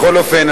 בכל אופן,